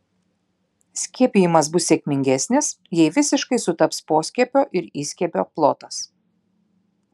skiepijimas bus sėkmingesnis jei visiškai sutaps poskiepio ir įskiepio plotas